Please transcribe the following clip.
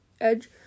Edge